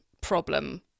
problem